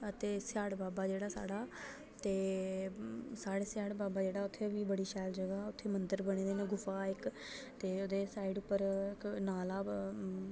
अते स्याढ़ बाबा जेह्ड़ा साढ़ा ते साढ़ै स्याढ़ बाबे जेह्ड़ा उत्थै मिं बड़ी शैल जगह् ऐ उत्थै मंदर बने दे न उत्थै ते ओहद साइड उप्पर इक नाला